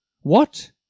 What